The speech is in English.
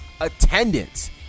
attendance